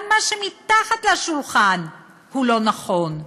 גם מה שמתחת לשולחן הוא לא נכון.